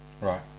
Right